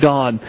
God